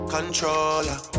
Controller